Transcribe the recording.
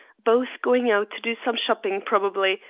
both going out to do some shopping, probably,